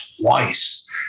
twice